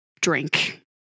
drink